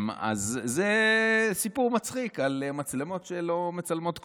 אז זה סיפור מצחיק על מצלמות שלא מצלמות כלום,